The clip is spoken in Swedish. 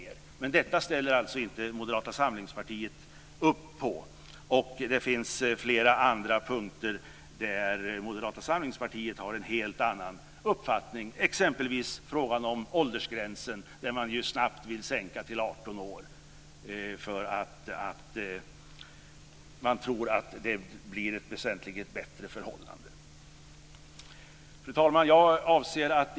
Men detta ställer alltså inte Moderata samlingspartiet upp på. Det finns flera andra punkter där Moderata samlingspartiet har en helt annan uppfattning, t.ex. frågan om åldersgränsen. Man vill snabbt sänka den till 18 år, eftersom man tror att det blir ett väsentligt bättre förhållande då. Fru talman!